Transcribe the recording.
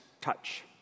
touch